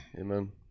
amen